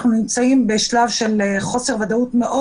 אנחנו נמצאים בשלב של חוסר ודאות מאוד